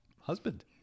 husband